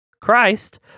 Christ